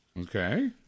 Okay